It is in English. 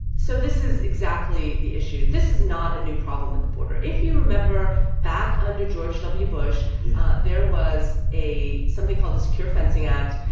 so this is exactly the issue. this is not a new problem at the border. if you remember back under george w. bush. yeah there was a something called the secure fencing act.